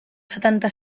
setanta